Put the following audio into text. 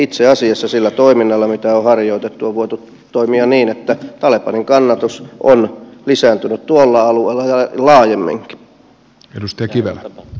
itse asiassa sillä toiminnalla mitä on harjoitettu on voitu toimia niin että talebanin kannatus on lisääntynyt tuolla alueella ja laajemminkin